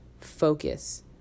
focus